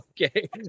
Okay